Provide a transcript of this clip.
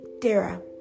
Dara